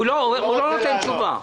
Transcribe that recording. הוא לא נותן תשובה.